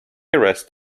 arrest